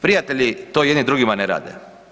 Prijatelji to jedni drugima ne rade.